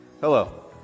Hello